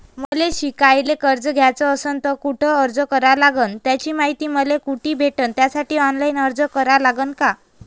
मले शिकायले कर्ज घ्याच असन तर कुठ अर्ज करा लागन त्याची मायती मले कुठी भेटन त्यासाठी ऑनलाईन अर्ज करा लागन का?